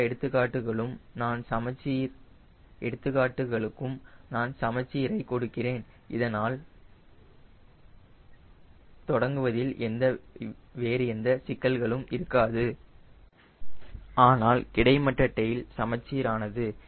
எல்லா எடுத்துக்காட்டுகளுக்கும் நான் சமச்சீர் ஐ கொடுக்கிறேன் இதனால் தொடங்குவதில் வேறு எந்த சிக்கல்களும் இருக்காது ஆனால் கிடைமட்ட டெயில் சமச்சீர் ஆனது